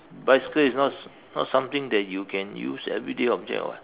bicycle is not not something that you can use everyday object [what]